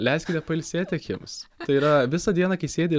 leiskite pailsėti akims tai yra visą dieną kai sėdi